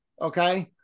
okay